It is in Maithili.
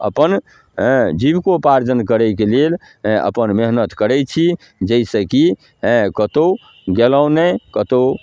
अपन हेँ जीवकोपार्जन करैके लेल हेँ अपन मेहनति करै छी जाहिसँ कि हेँ कतहु गेलहुँ नहि कतहु